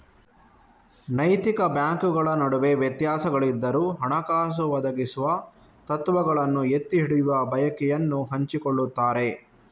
ನೈತಿಕ ಬ್ಯಾಂಕುಗಳ ನಡುವೆ ವ್ಯತ್ಯಾಸಗಳಿದ್ದರೂ, ಹಣಕಾಸು ಒದಗಿಸುವ ತತ್ವಗಳನ್ನು ಎತ್ತಿ ಹಿಡಿಯುವ ಬಯಕೆಯನ್ನು ಹಂಚಿಕೊಳ್ಳುತ್ತಾರೆ